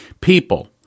People